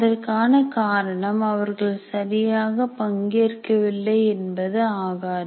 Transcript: அதற்கான காரணம் அவர்கள் சரியாக பங்கேற்கவில்லை என்பது ஆகாது